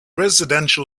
residential